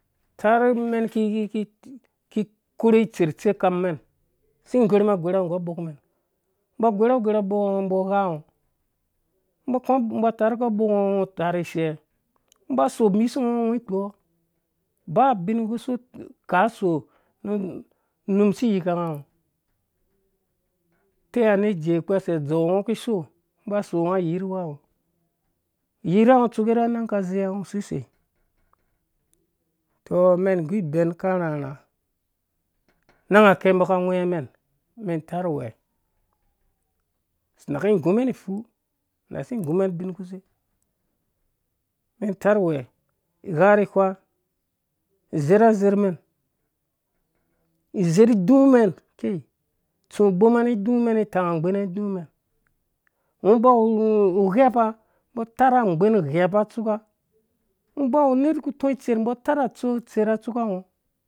Ta wuri mɛn ki korhi itsɛr tsikamɛn si gorumɛn a gora nggu abok mɛn ba gora gora mbo mbo gha ngɔ ba tarhkɔ abok ngɔ ngɔ tarhe isɛ ba so misungɔ ngɔ ikpowo ba bin ku so kaso umum asi yika yika ngɔ utɛi nerh ijee kpa asei adzee ngɔ ki so ungo ba so nga yiruwa ngo sisei tɛɛ mɛn nggu ibɛn ka rharha anang akɛ mbɔ ka wheemen men tarh uwe naki igumen ifu nasi igumen ubinkusei mɛn tarh uwe igha riwha izerh azerhmɛn izerhdumɛn kei isum uboma ni idumɛn ni tang agbena ni idu mɛn ngɔ ba wu ghepa mbɔ atang agben ghepa tsuka ngɔ bablue nerh ku utɔɔ itserh mbɔ tang atsok tserha tsukangɔ